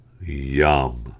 yum